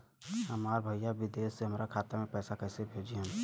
हमार भईया विदेश से हमारे खाता में पैसा कैसे भेजिह्न्न?